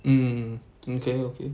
mm okay okay